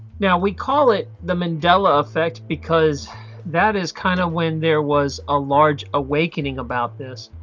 yeah we call it the mandela effect because that is kinda when there was a large awakening about this,